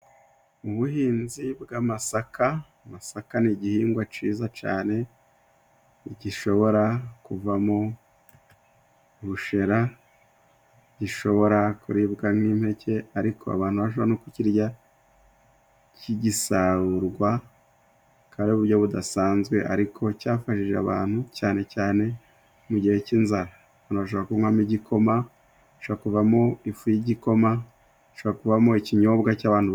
Mu buhinzi bw'amasaka, amasaka ni igihingwa ciza cane gishobora kuvamo ubushera, gishobora kuribwa n'impeke, ariko abantu bashobora no kukirya kigisarurwa, akaba ari uburyo budasanzwe ariko cyafashije abantu cyane cyane mu gihe cy'inzara. Abantu bashobora kunywamo igikoma, hashobora kuvamo ifu y'igikoma, hashobora kuvamo ikinyobwa cy'abantu.